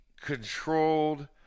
controlled